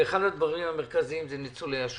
אחד הדברים המרכזיים זה ניצולי השואה.